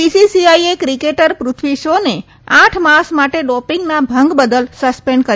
બીસીસીઆઇએ cricketer Prithvi Shaw આઠ માસ માટે ડોપીંગના ભંગ બદલ સસ્પેન્ડ કર્યો છે